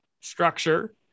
structure